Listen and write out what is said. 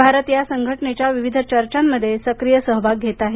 भारत या संघटनेच्या विविध चर्चामध्ये सक्रीय सहभाग घेत आहे